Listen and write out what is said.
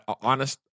honest